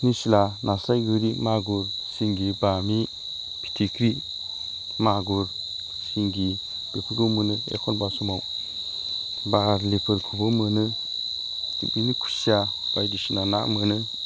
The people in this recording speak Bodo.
निस्ला नास्राइ गोरि मागुर सिंगि बामि फिथिख्रि मागुर सिंगि बेफोरखौ मोनो एखनब्ला समाव बारलिफोरखौबो मोनो बिदिनो खुसिया बायदिसिना ना मोनो